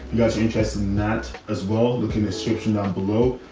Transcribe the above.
you guys are interested in that as well. looking at striction on below.